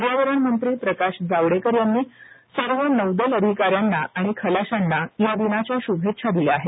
पर्यावरण मंत्री प्रकाश जावडेकर यांनी सर्व नौदल अधिकाऱ्यांना आणि खलाशांना या दिनाच्या शुभेच्छा दिल्या आहेत